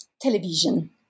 television